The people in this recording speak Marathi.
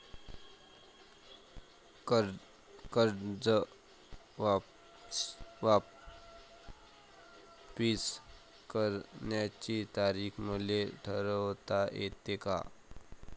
कर्ज वापिस करण्याची तारीख मले ठरवता येते का?